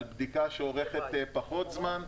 על בדיקה שאורכת פחות זמן.